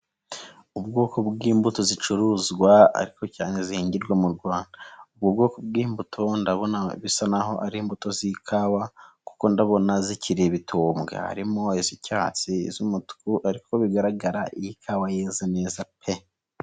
Ubwoko bw'imbuto zicuruzwa ariko cyangwa zihingirwa, ubwo bwoko bw'imbuto ndabona bisa naho ari imbuto z'ikawa kuko ndabona zikiri ibitunga harimo iz'cyatsi, iz'umutuku ariko bigaragara ko ikawa yeze neza pe!